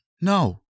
No